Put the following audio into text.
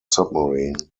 submarine